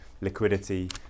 liquidity